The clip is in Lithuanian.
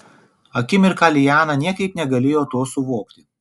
akimirką liana niekaip negalėjo to suvokti